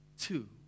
Two